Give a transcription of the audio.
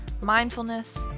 mindfulness